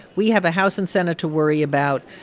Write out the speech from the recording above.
we have a house and senate to worry about.